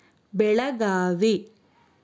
Belagavi